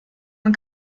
man